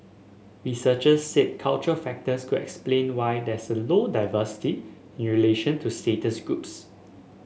researchers said cultural factors could explain why there is low diversity in relation to status groups